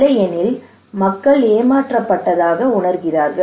இல்லையெனில் மக்கள் ஏமாற்றப்பட்டதாக உணர்கிறார்கள்